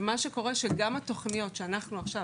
מה שקורה זה שגם התוכניות שאנחנו עכשיו